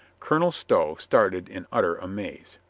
colonel stow started in utter amaze.